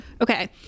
okay